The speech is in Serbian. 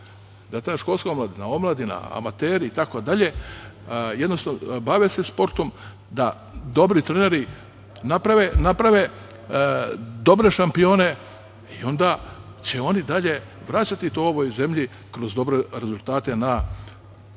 da ta školska omladina, omladina, amateri, itd. jednostavno se bave sportom, da dobri treneri naprave dobre šampione i onda će oni dalje vraćati to ovoj zemlji kroz dobre rezultate na